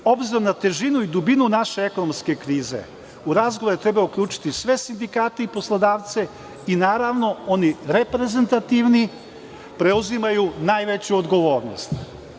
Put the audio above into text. Obzirom na težinu i dubinu naše ekonomske krize, u razgovore treba uključiti sve sindikate i poslodavce i, naravno, oni reprezentativni preuzimaju najveću odgovornost.